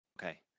okay